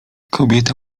kobieta